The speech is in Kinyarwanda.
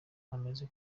amaze